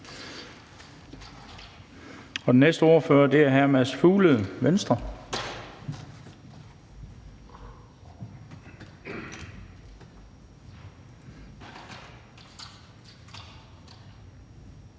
Og den næste ordfører er hr. Mads Fuglede, Venstre.